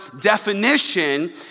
definition